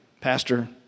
Pastor